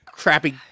crappy